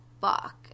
fuck